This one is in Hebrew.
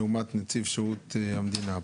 לעומת נציב שירות המדינה.